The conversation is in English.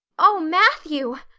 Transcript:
oh, matthew!